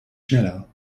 schneller